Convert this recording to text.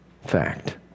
fact